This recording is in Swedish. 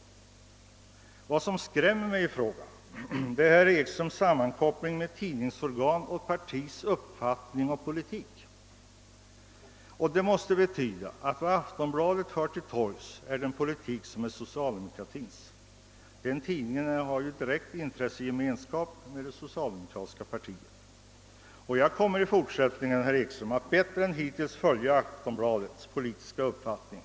Vad som skrämmer mig är att herr Ekström kopplar samman ett tidningsorgans uppfattning och ett partis politik. Det måste betyda att vad Aftonbladet för till torgs är socialdemokratins politik; den tidningen har ju en direkt intressegemenskap med det socialdemokratiska partiet. Jag kommer i fortsättningen, herr Ekström, att bättre än tidigare följa Aftonbladets politiska uppfattning.